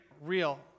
real